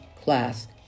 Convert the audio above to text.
class